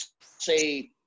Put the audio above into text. say